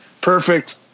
Perfect